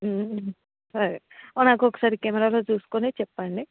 సరే నాకు ఒకసారి కెమెరాలో చూసుకొని చెప్పండి